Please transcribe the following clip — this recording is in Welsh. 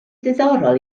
ddiddorol